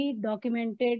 documented